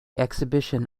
exhibition